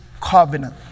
covenant